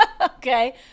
Okay